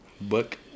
Book